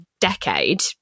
decade